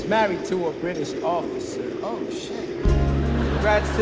married to a british officer. oh, shit brad so